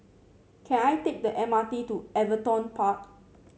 can I take the M R T to Everton Park